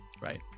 right